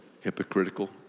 hypocritical